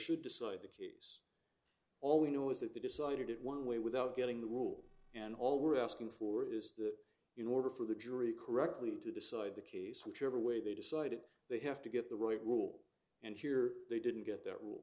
should decide the case all we know is that they decided it one way without getting the rule and all we're asking for is that in order for the jury correctly to decide the case whichever way they decided they have to get the right rule and here they didn't get that rule